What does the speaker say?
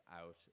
out